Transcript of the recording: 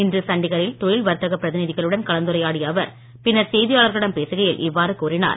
இன்று சண்டீகரில் தொழில் வர்த்தகப் பிரதிநிதிகளுடன் கலந்துரையாடிய அவர் பின்னர் செய்தியாளர்களிடம் பேசுகையில் இவ்வாறு கூறினார்